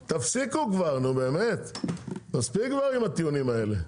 תפסיקו כבר נו באמת, מספיק כבר עם הטיעונים האלה.